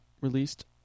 released